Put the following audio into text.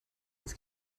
ist